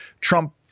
Trump